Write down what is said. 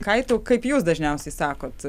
kaitau kaip jūs dažniausiai sakot